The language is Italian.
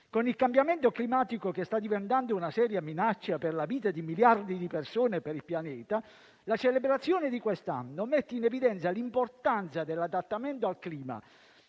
Con il cambiamento climatico, che sta diventando una seria minaccia per la vita di miliardi di persone e per il pianeta, la celebrazione di quest'anno mette in evidenza l'importanza dell'adattamento al clima,